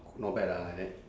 not bad lah like that